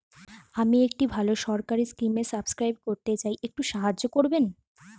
আমি একটি ভালো সরকারি স্কিমে সাব্সক্রাইব করতে চাই, একটু সাহায্য করবেন?